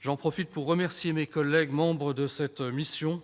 J'en profite pour remercier mes collègues membres de la mission,